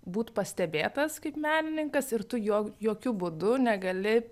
būt pastebėtas kaip menininkas ir tu juo jokiu būdu negali